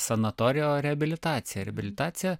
sanatoriją o reabilitaciją reabilitacija